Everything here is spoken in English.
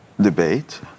debate